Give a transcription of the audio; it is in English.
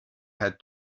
had